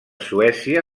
suècia